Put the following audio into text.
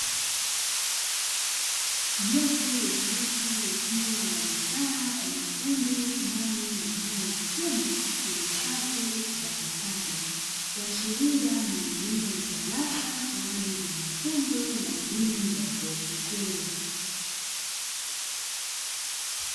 Jopo la watu wakiwa wamekaa kwa makundi ndani ya eneo la chumba chenye safu za vitabu, kuashiria ni eneo la darasa kwa ajili ya mafunzo ya elimu ya chuo kikuu.